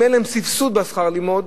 אם אין להם סבסוד של שכר הלימוד,